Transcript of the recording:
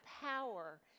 power